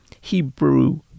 Hebrew